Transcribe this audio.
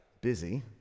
busy